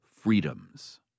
freedoms